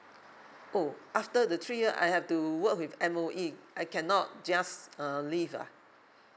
oh after the three year I have to work with M_O_E I cannot just err leave ah